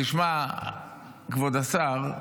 תשמע כבוד השר,